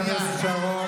חברת הכנסת שרון,